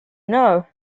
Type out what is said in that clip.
know